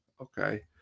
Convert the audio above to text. Okay